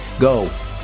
go